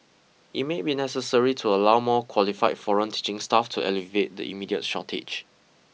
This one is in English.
it may be necessary to allow more qualified foreign teaching staff to alleviate the immediate shortage